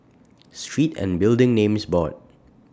Street and Building Names Board